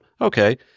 Okay